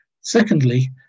Secondly